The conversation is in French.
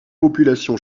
population